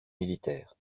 militaires